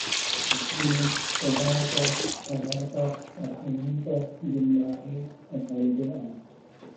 Alitine, salasa, alarba, alhamisa, jumbaare, asawe be alat.